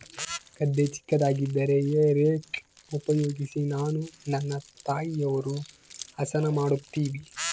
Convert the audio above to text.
ಗದ್ದೆ ಚಿಕ್ಕದಾಗಿದ್ದರೆ ಹೇ ರೇಕ್ ಉಪಯೋಗಿಸಿ ನಾನು ನನ್ನ ತಾಯಿಯವರು ಹಸನ ಮಾಡುತ್ತಿವಿ